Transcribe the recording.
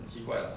奇怪 lah